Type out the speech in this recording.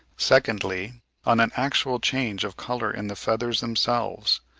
secondly on an actual change of colour in the feathers themselves,